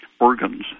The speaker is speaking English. organs